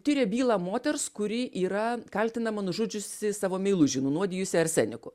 tiria bylą moters kuri yra kaltinama nužudžiusi savo meilužį nunuodijusi arseniku